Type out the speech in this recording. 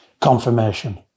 confirmation